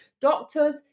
doctors